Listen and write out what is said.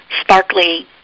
sparkly